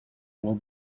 will